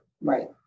Right